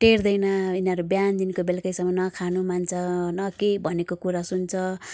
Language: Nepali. टेर्दैन यिनीहरू बिहानदेखिको बेलुकैसम्म न खानु मान्छ न केही भनेको कुरा सुन्छ